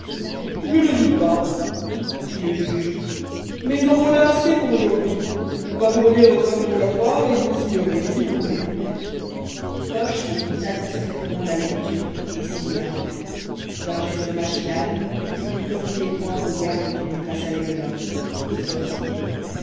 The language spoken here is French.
je ne dis pas fit le juge mais en voilà assez pour aujourd'hui on va vous relire votre interrogatoire et vous le signerez si vous voulez coche écouta distraitement la lecture et signa d'un geste machinal il tendit les poings au garde qui lui passa les menottes et sortit